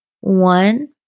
One